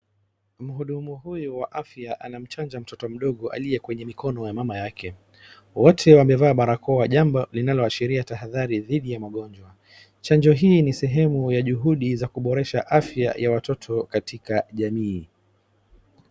Mhudumu huyu wa afya anamchanja mtoto mdogo aliye kwenye mikono wa mama yake. Wote wamevaa barakoa jambo linaloashiria tahadhari dhidi ya magonjwa. Chanjo hii ni sehemu ya juhudi za kuboresha afya ya watoto katika jamii.